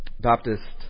Baptist